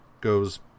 goes